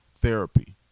therapy